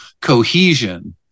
cohesion